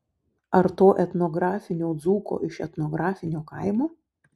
ar to etnografinio dzūko iš etnografinio kaimo